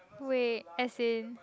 wait as in